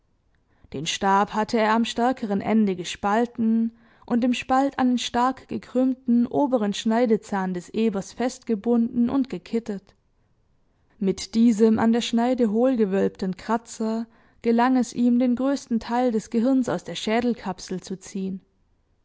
den stab hatte er am stärkeren ende gespalten und im spalt einen stark gekrümmten oberen schneidezahn des ebers festgebunden und gekittet mit diesem an der schneide hohlgewölbten kratzer gelang es ihm den größten teil des gehirns aus der schädelkapsel zu ziehen